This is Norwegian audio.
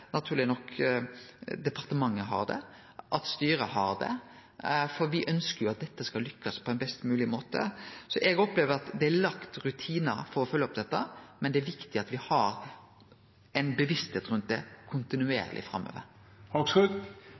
dette skal lykkast på ein best mogleg måte. Eg opplever at det er laga rutinar for å følgje opp dette, men det er viktig at me har bevisstheit rundt det kontinuerleg framover.